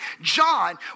John